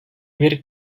bir